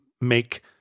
make